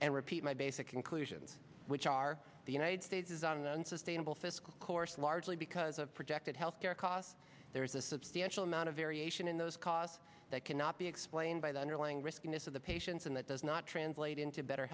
and repeat my basic conclusions which are the united states is on the unsustainable fiscal course largely because of projected health care costs there is a substantial amount of variation in those costs that cannot be explained by the underlying riskiness of the patients and that does not translate into better